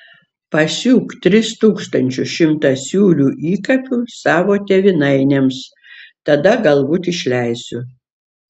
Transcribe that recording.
pasiūk tris tūkstančius šimtasiūlių įkapių savo tėvynainiams tada galbūt išleisiu